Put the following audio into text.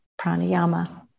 pranayama